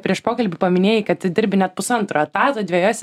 prieš pokalbį paminėjai kad dirbi net pusantro etato dvejose